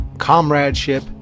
comradeship